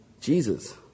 Jesus